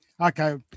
Okay